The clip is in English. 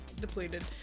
depleted